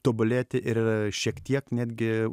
tobulėti ir šiek tiek netgi